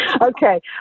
Okay